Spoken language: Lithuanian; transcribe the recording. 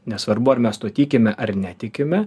nesvarbu ar mes tuo tikime ar netikime